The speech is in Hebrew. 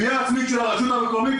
גבייה עצמית של הרשות המקומית,